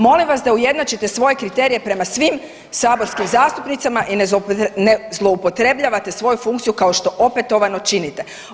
Molim vas da ujednačite svoje kriterije prema svim saborskim zastupnicama i zloupotrebljavate svoju funkciju kao što opetovano činite.